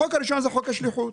החוק הראשון הוא חוק השליחות.